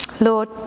Lord